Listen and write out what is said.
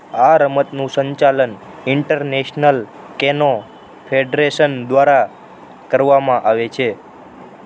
આ રમતનું સંચાલન ઈન્ટરનેશનલ કેનો ફેડરેશન દ્વારા કરવામાં આવે છે